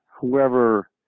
whoever